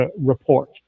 report